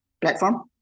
platform